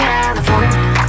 California